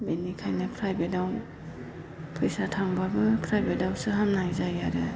बेनिखायनो फ्राइभेटआव फैसा थांबाबो फ्राइभेटआवसो हामनाय जायो आरो